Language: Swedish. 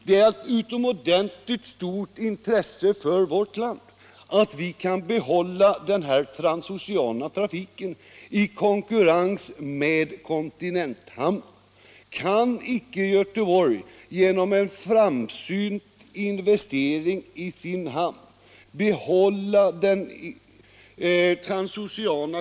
Det är av Nr 61 utomordentligt stort intresse för vårt land att vi kan behålla den här Tisdagen den transoceana trafiken i konkurrens med kontinenthamnar. Kan icke Gö 1 februari 1977 teborg genom en framsynt investering i sin hamn behålla den transoceana.